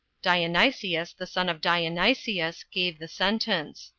dionysius, the son of dionysius, gave the sentence.